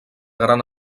gran